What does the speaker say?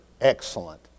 excellent